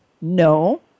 No